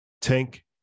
Tank